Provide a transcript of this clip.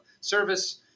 service